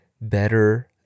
better